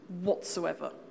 whatsoever